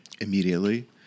Immediately